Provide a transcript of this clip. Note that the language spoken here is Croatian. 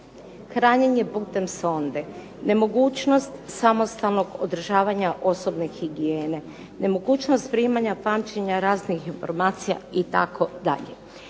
hranjenje putem sonde, nemogućnost samostalnog održavanja osobne higijene, nemogućnost primanja i pamćenja raznih informacija itd.